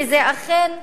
וזה אכן הכרחי.